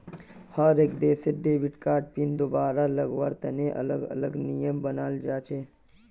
हर एक देशत debit card PIN दुबारा लगावार तने अलग अलग नियम बनाल जा छे